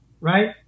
right